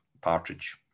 partridge